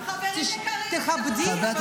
תכבדי,